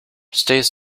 stays